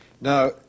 Now